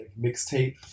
mixtape